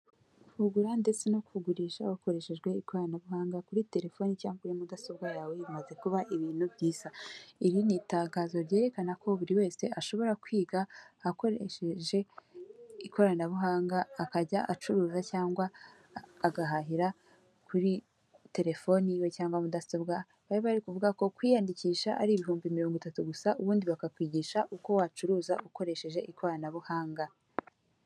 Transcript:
Kugura ndetse no kugurisha hakoreshejwe ikoranabuhanga kuri telefoni cyangwa kuri mudasobwa yawe bimaze kuba ibintu byiza, iri ni itangazo ryerekana ko buri wese ashobora kwiga akoresheje ikoranabuhanga akajya acuruza cyangwa agahahira kuri telefoni yiwe cyangwa mudasobwa bari bari kuvuga ko kwiyandikisha ari ibihumbi mirongo itatu gusa ubundi bakakwigisha uko wacuruza ukoresheje ikoranabuhanga.